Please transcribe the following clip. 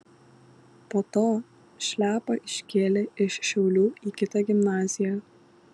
po to šliapą iškėlė iš šiaulių į kitą gimnaziją